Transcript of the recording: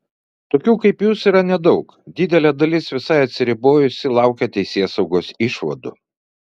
tokių kaip jūs yra nedaug didelė dalis visai atsiribojusi laukia teisėsaugos išvadų